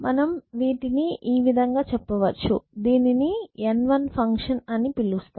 మనం వీటిని ఈ విధంగా చెప్పవచ్చు దీనిని N1 ఫంక్షన్ అని పిలుస్తాం